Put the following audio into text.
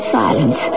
silence